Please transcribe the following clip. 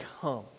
come